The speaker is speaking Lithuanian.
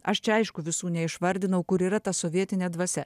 aš čia aišku visų neišvardinau kur yra ta sovietinė dvasia